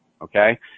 Okay